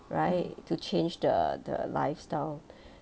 right to change the the lifestyle